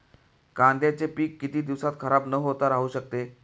कांद्याचे पीक किती दिवस खराब न होता राहू शकते?